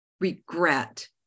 regret